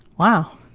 wow!